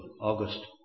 August